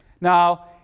Now